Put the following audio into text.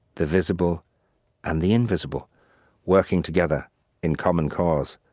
the visible and the invisible working together in common cause,